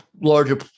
larger